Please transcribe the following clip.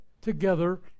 together